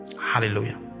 hallelujah